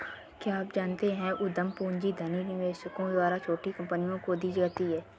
क्या आप जानते है उद्यम पूंजी धनी निवेशकों द्वारा छोटी कंपनियों को दी जाती है?